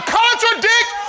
contradict